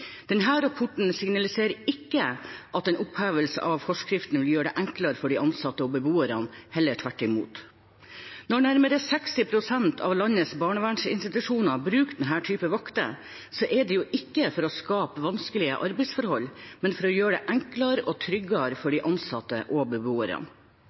rapporten signaliserer ikke at en opphevelse av forskriften vil gjøre det enklere for de ansatte og beboerne, heller tvert imot. Når nærmere 60 pst. av landets barnevernsinstitusjoner bruker denne typen vakter, er det jo ikke for å skape vanskelige arbeidsforhold, men for å gjøre det enklere og tryggere for